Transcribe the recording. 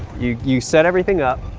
you you set everything up,